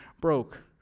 broke